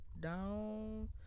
Down